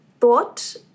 thought